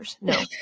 No